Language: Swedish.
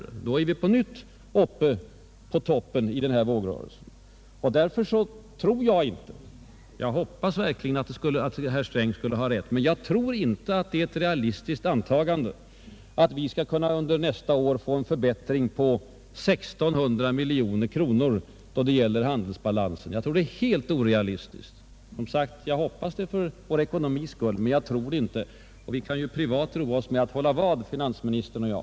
Om så blir fallet är vi på nytt uppe på toppen av vågrörelsen som drabbar valutareserven. Jag hoppas verkligen att herr Sträng får rätt, men jag tror inte att det är ett realistiskt antagande att vi under nästa år skulle kunna få en förbättring av handelsbalansen på 1 600 miljoner kronor. Jag tror att det är helt orealistiskt, även om jag — som sagt — för vår ekonomis skull hoppas att så inte är fallet. Vi kan ju privat roa oss med att hålla vad, finansministern och jag.